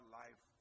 life